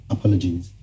Apologies